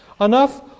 Enough